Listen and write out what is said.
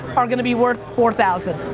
are gonna be worth four thousand.